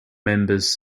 members